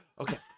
Okay